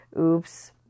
Oops